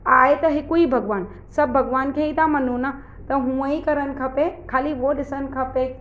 आहे त हिकु ई भॻवानु सभु भॻवान खे ई त मञो न त हुअईं करनि खपे ख़ाली हूअ ॾिसणु खपे